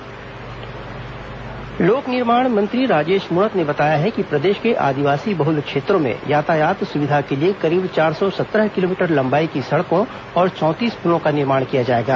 सड़क पुल निर्माण लोक निर्माण मंत्री राजेश मूणत ने बताया है कि प्रदेश के आदिवासी बहुल क्षेत्रों में यातायात सुविधा के लिए करीब चार सौ सत्रह किलोमीटर लंबाई की सड़कों और चौंतीस पुलों का निर्माण किया जाएगा